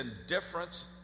indifference